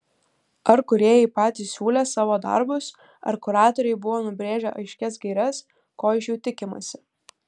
ar kūrėjai patys siūlė savo darbus ar kuratoriai buvo nubrėžę aiškias gaires ko iš jų tikimasi